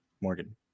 Morgan